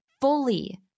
fully